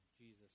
Jesus